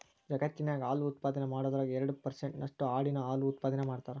ಜಗತ್ತಿನ್ಯಾಗ ಹಾಲು ಉತ್ಪಾದನೆ ಮಾಡೋದ್ರಾಗ ಎರಡ್ ಪರ್ಸೆಂಟ್ ನಷ್ಟು ಆಡಿನ ಹಾಲು ಉತ್ಪಾದನೆ ಮಾಡ್ತಾರ